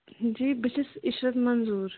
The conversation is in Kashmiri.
جی بہٕ چھَس عشرَت منظوٗر